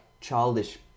childish